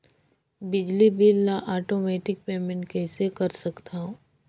बिजली बिल ल automatic payment कइसे कर सकथव?